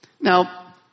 Now